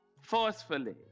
forcefully